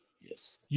Yes